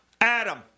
Adam